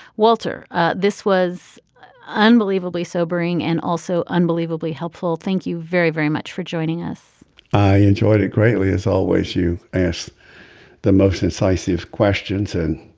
walter this was unbelievably sobering and also unbelievably helpful. thank you very very much for joining us i enjoyed it greatly as always you asked the most incisive questions and